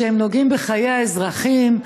שהם נוגעים בחיי האזרחים,